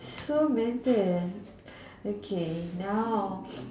so mental okay now